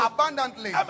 Abundantly